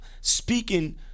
speaking